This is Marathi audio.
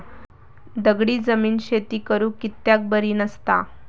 दगडी जमीन शेती करुक कित्याक बरी नसता?